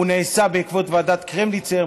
הוא נעשה בעקבות ועדת קרמניצר,